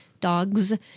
Dogs